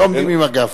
לא עומדים עם הגב.